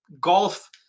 Golf